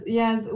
yes